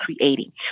creating